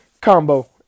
combo